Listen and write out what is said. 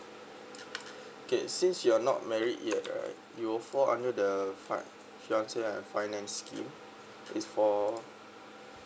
okay since you're not married yet right you will fall under the fund finance scheme is for